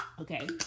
Okay